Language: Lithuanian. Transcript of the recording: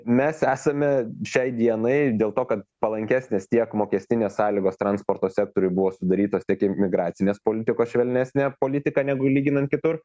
mes esame šiai dienai dėl to kad palankesnės tiek mokestinės sąlygos transporto sektoriui buvo sudarytos tiek imigracinės politikos švelnesnė politika negu lyginant kitur